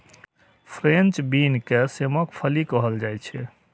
French bean के सेमक फली कहल जाइ छै